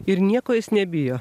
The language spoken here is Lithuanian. ir nieko jis nebijo